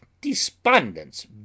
despondence